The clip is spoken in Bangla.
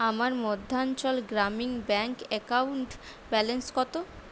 আমার Madhyanchal Gramin bank account balance কত